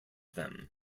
them